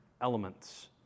elements